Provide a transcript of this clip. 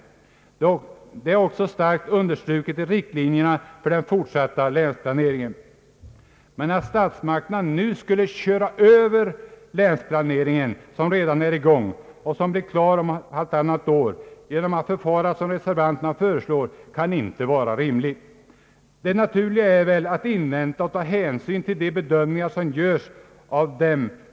Detta är också starkt understruket i riktlinjerna för den fortsatta länsplaneringen. Men att statsmakterna nu skulle köra över länsplaneringen, som redan är i gång, och som blir klar om halvtannat år, genom att förfara så som reservanterna föreslår, kan jag inte finna rimligt. Det naturliga är väl att invänta och ta hänsyn till de bedömningar som görs av dem.